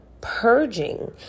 purging